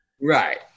Right